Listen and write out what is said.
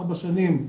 ארבע שנים,